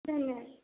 धन्यवा